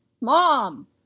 mom